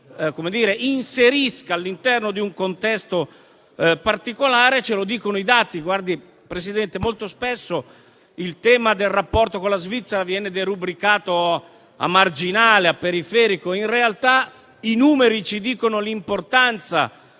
inserisca all'interno di un contesto particolare ce lo dicono i dati. Presidente, molto spesso il tema del rapporto con la Svizzera viene derubricato a marginale o periferico; in realtà i numeri ci dicono l'importanza